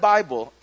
Bible